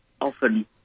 often